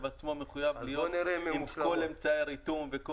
עצמו מחויב להיות עם כל אמצעי הריתום.